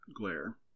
glare